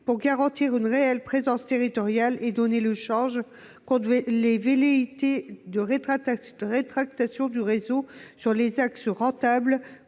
pour garantir une réelle présence territoriale et pour lutter contre les velléités de rétraction du réseau sur les axes rentables